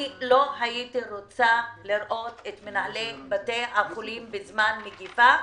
אני לא הייתי רוצה לראות את מנהלי בתי החולים בזמן מגפה,